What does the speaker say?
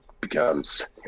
becomes